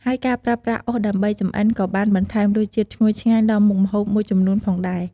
ហើយការប្រើប្រាស់អុសដើម្បីចម្អិនក៏បានបន្ថែមរសជាតិឈ្ងុយឆ្ងាញ់ដល់មុខម្ហូបមួយចំនួនផងដែរ។